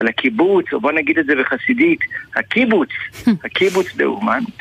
על הקיבוץ, או בוא נגיד את זה בחסידית, הקיבוץ, הקיבוץ באומנטי.